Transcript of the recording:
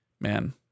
man